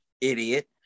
Idiot